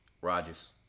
Rodgers